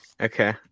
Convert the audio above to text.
Okay